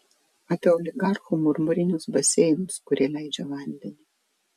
apie oligarchų marmurinius baseinus kurie leidžia vandenį